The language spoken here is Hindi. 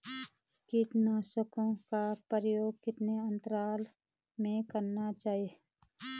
कीटनाशकों का प्रयोग कितने अंतराल में करना चाहिए?